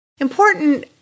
important